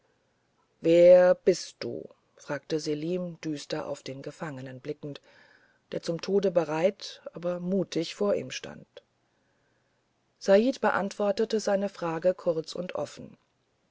wer bist du fragte selim düster auf den gefangenen blickend der zum tod bereit aber mutig vor ihm stand said beantwortete seine frage kurz und offen